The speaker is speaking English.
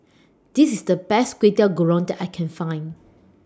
This IS The Best Kway Teow Goreng that I Can Find